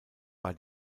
war